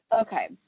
okay